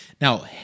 Now